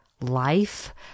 life